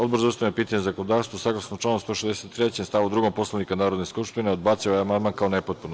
Odbor za ustavna pitanja i zakonodavstvo, saglasno članu 163. stav 2. Poslovnika Narodne skupštine, odbacio je ovaj amandman kao nepotpun.